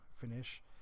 finish